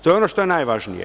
To je ono što je najvažnije.